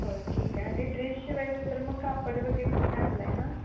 बरं ठीक आहे आणि ड्रेस शिवायचं तर मग कापड वगैरे तुम्ही आणला आहे ना